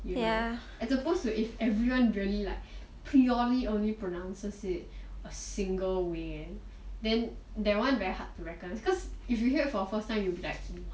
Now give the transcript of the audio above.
as opposed to if everyone really like purely only pronounces it a single way then that one very hard to recognize cause if you heard it for first time you be like !huh!